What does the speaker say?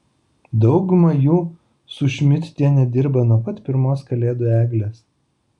dauguma jų su šmidtiene dirba nuo pat pirmos kalėdų eglės